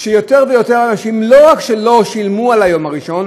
שיותר ויותר אנשים לא רק שלא שילמו על היום הראשון,